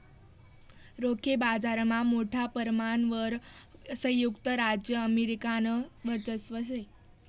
रोखे बाजारमा मोठा परमाणवर संयुक्त राज्य अमेरिकानं वर्चस्व शे